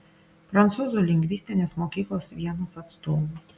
prancūzų lingvistinės mokyklos vienas atstovų